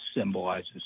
symbolizes